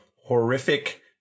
horrific